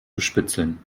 bespitzeln